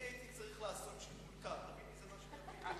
הייתי צריך לעשות שיקול קר, הבנתי.